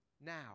now